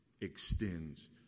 extends